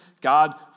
God